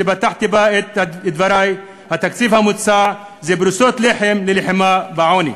שפתחתי בה את דברי: התקציב המוצע זה פרוסות לחם ללחימה בעוני.